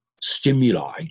stimuli